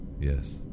Yes